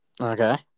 Okay